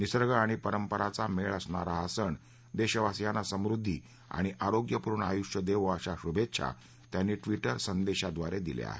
निसर्ग आणि परंपरांचा मेळ असणारा हा सण देशवासियांना समृद्धी आणि आरोग्यपूर्ण आयुष्य देवो अशा शुभेच्छा त्यांनी ट्विटर संदेशाद्वारे दिल्या आहेत